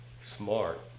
Smart